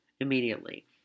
immediately